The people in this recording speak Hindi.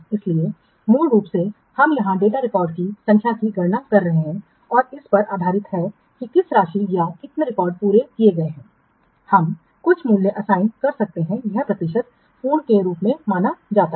इसलिए मूल रूप से हम यहां डेटा रिकॉर्ड की संख्या की गणना कर रहे हैं और इस पर आधारित है कि किस राशि या कितने रिकॉर्ड पूरे किए गए हैं हम कुछ मूल्य असाइन कर सकते हैं यह प्रतिशत पूर्ण के रूप में जाना जाता है